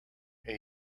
and